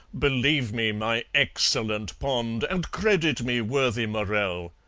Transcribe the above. believe me, my excellent pond, and credit me, worthy morell.